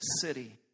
city